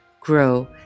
grow